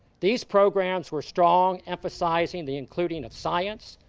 these programs were strong, emphasizing the including of science,